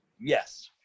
Yes